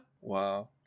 Wow